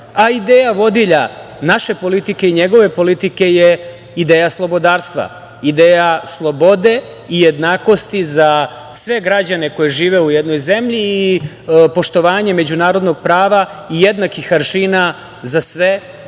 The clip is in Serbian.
Vučić. Ideja vodilja naše i njegove politike je ideja slobodarstva, ideja slobode i jednakosti za sve građane koji žive u jednoj zemlji i poštovanje međunarodnog prava i jednakih aršina za sve